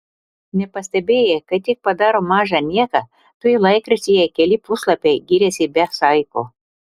nepastebėjai kai tik padaro mažą nieką tuoj laikraštyje keli puslapiai giriasi be saiko